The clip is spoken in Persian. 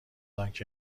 آنکه